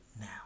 now